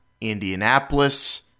Indianapolis